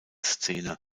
szene